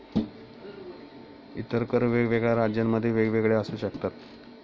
इतर कर वेगवेगळ्या राज्यांमध्ये वेगवेगळे असू शकतात